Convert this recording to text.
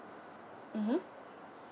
mmhmm